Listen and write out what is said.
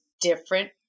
different